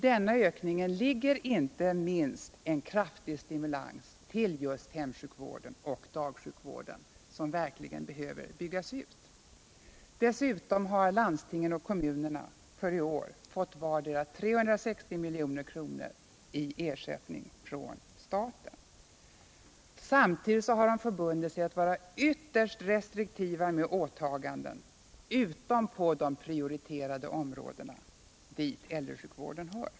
Denna ökning innebär inte minst en kraftig stimulans till just hemsjukvården och dagsjukvården, som verkligen behöver byggas ut. Dessutom har landstingen och kommunerna för i år fått vardera 360 milj.kr. i ersättning från staten. Samtidigt har de förbundit sig att vara ytterst restriktiva med åtaganden utom på de prioriterade områdena, dit äldresjukvården hör.